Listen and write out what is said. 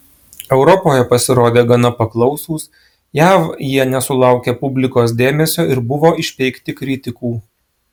europoje pasirodė gana paklausūs jav jie nesulaukė publikos dėmesio ir buvo išpeikti kritikų